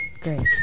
Great